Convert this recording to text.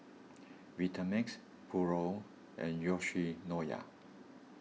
Vitamix Pura and Yoshinoya